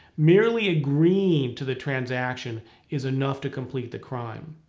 merely agreeing to the transaction is enough to complete the crime.